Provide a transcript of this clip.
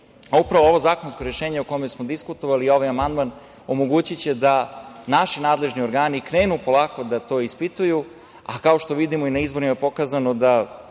Upravo ovo zakonsko rešenje o kome smo diskutovali i ovaj amandman omogućiće da naši nadležni organi krenu polako da to ispituju, a kao što vidimo i na izborima je pokazano da